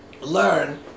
learn